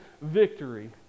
victory